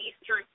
Eastern